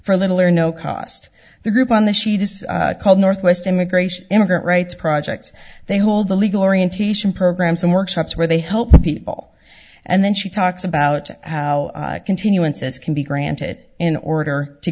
for little or no cost the group on the sheet is called northwest immigration immigrant rights projects they hold the legal orientation programs and workshops where they help people and then she talks about how continuances can be granted in order to